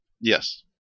Yes